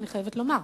אני חייבת לומר.